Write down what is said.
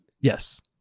Yes